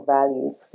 values